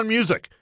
Music